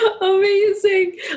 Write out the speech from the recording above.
Amazing